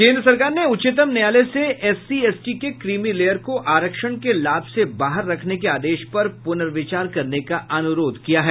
केन्द्र सरकार ने उच्चतम न्यायालय से एससी एसटी के क्रीमी लेयर को आरक्षण के लाभ से बाहर रखने के आदेश पर पुनर्विचार करने का अनुरोध किया है